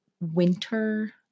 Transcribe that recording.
winter